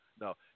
No